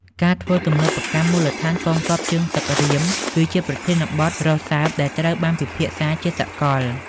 ការធ្វើទំនើបកម្មមូលដ្ឋានកងទ័ពជើងទឹក Ream គឺជាប្រធានបទរសើបដែលត្រូវបានពិភាក្សាជាសកល។